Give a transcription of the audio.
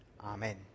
Amen